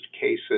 cases